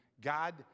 God